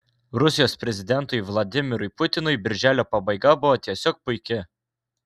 rusijos prezidentui vladimirui putinui birželio pabaiga buvo tiesiog puiki